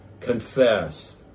confess